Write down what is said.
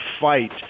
fight